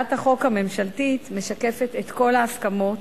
הצעת החוק הממשלתית משקפת את כל ההסכמות